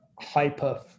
Hyper